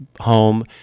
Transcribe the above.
home